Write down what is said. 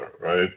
right